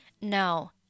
No